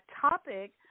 topic